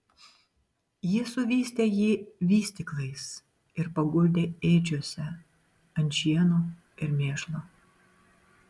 ji suvystė jį vystyklais ir paguldė ėdžiose ant šieno ir mėšlo